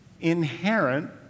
inherent